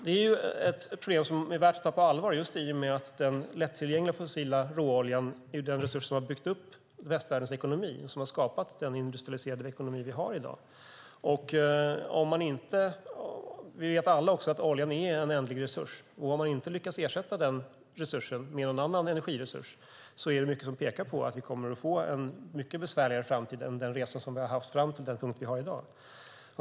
Det är ett problem som är värt att ta på allvar just i och med att den lättillgängliga fossila råoljan är den resurs som har byggt upp västvärldens ekonomi, som har skapat den industrialiserade ekonomi vi har i dag. Vi vet också alla att oljan är en ändlig resurs. Om man inte lyckas ersätta den resursen med någon annan energiresurs är det mycket som pekar på att vi kommer att få en mycket besvärligare framtid än den resa som vi har gjort fram till den punkt där vi är i dag.